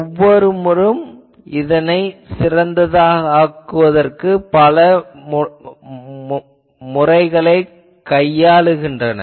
ஒவ்வொருவரும் இதனை சிறந்ததாக ஆக்குவதற்கு பல முறைகளைக் கையாளுகின்றனர்